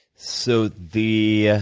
so the